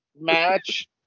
match